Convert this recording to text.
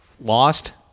lost